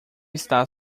está